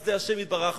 בחסדי השם יתברך,